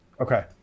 Okay